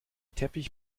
teppich